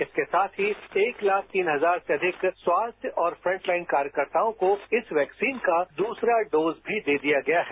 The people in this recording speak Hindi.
इसके साथ ही एक लाख तीन हजार से अधिक स्वास्थ्य और फ्रंटलाइन कार्यकर्ताओं को इस वैक्सीन का दूसरा डोज भी दे दिया गया है